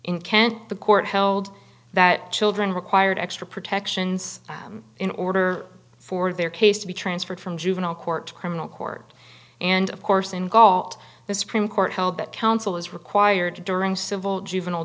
can the court held that children required extra protections in order for their case to be transferred from juvenile court to criminal court and of course in galt the supreme court held that counsel is required to during civil juvenile